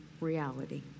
reality